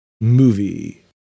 movie